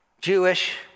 Jewish